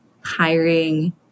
hiring